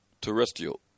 terrestrial